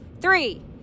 Three